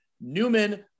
Newman